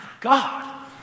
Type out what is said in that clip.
God